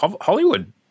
Hollywood